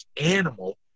animal